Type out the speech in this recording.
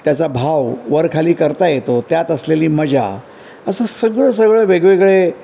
त्याचा भाव वरखाली करता येतो त्यात असलेली मजा असं सगळं सगळं वेगवेगळे